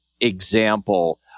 example